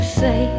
say